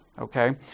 Okay